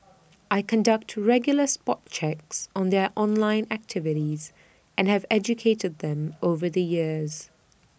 I conduct to regular spot checks on their online activities and have educated them over the years